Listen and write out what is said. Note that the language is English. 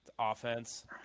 offense